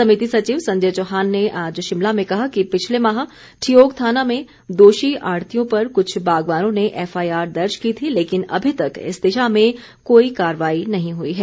समिति सचिव संजय चौहान ने आज शिमला में कहा कि पिछले माह ठियोग थाना में दोषी आढ़तियों पर कुछ बागवानों ने एफआईआर दर्ज की थी लेकिन अभी तक इस दिशा में कोई कार्रवाई नहीं हुई है